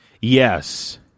Yes